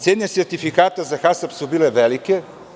Cena sertifikata za Hasap je bila velika.